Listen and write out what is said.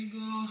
go